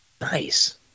nice